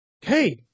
Hey